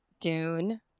dune